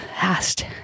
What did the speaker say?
asked